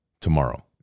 tomorrow